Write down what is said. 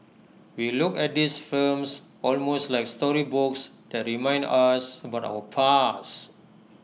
we look at these films almost like storybooks that remind us about our past